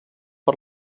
per